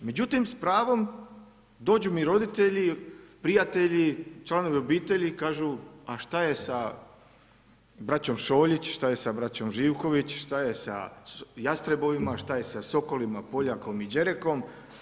Međutim s pravom dođu mi roditelji, prijatelji, članovi obitelji i kažu šta je sa braćom Šoljić, šta je sa braćom Živković, šta je sa Jastrebovima, Sokolima, Poljakom i Đerekom?